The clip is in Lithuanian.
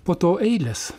po to eilės